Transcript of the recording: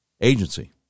agency